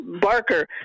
Barker